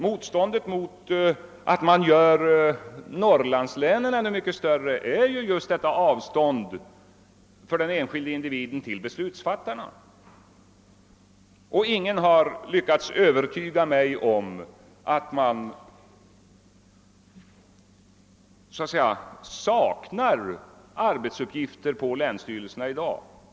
Motståndet mot att Norrlandslänen skulle göras ännu mycket större grundas just på avståndet från den enskilde individen till beslutsfattarna. Ingen har lyckats övertyga mig om att det saknas arbetsuppgifter på länsstyrelserna i dag.